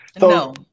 No